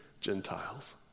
Gentiles